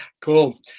Cool